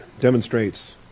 demonstrates